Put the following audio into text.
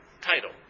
title